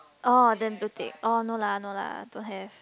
oh then blue tick oh no lah no lah don't have